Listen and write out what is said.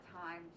time